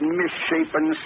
misshapen